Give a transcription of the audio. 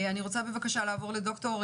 אני רוצה בבקשה לעבור לד"ר,